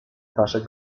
wasze